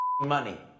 money